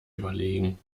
überlegen